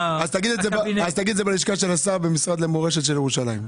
אז תגיד את זה בלשכה של השר במשרד למורשת ירושלים.